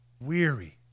weary